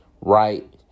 right